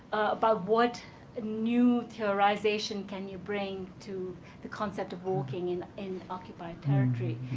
about what ah new theorization can you bring to the concept of walking in in occupied territory.